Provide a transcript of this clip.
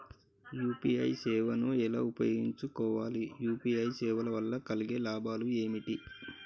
UPI సేవను ఎలా ఉపయోగించు కోవాలి? యూ.పీ.ఐ సేవల వల్ల కలిగే లాభాలు ఏమిటి?